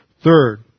Third